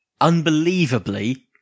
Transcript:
unbelievably